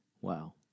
Wow